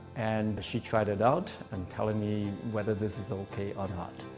and she tried it out and telling me whether this is okay or not.